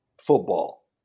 football